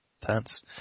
Tense